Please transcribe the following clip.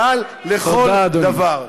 מעל לכל דבר.